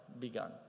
begun